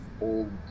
old